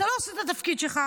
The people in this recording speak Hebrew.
אתה לא עושה את התפקיד שלך.